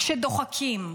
כשדוחקים,